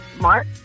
Mark